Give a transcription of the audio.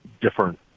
different